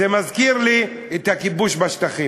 זה מזכיר לי את הכיבוש בשטחים.